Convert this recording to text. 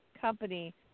company